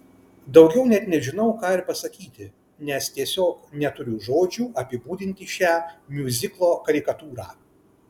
daugiau net nežinau ką ir pasakyti nes tiesiog neturiu žodžių apibūdinti šią miuziklo karikatūrą